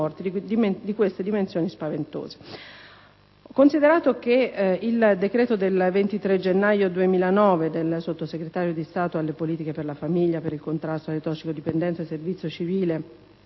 di queste dimensioni spaventose»; considerato che il decreto 23 gennaio 2009 del Sottosegretario di Stato alle Politiche per la Famiglia, per il Contrasto alle Tossicodipendenze e Servizio Civile